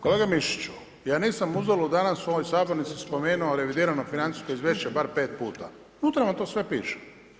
Kolega Mišiću, ja nisam uzalud danas u ovoj sabornici spomenuo revidirano financijsko izvješće bar 5 puta, unutra vam to sve piše.